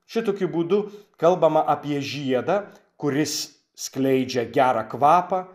šitokiu būdu kalbama apie žiedą kuris skleidžia gerą kvapą